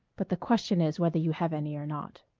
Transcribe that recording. but the question is whether you have any or not.